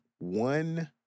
one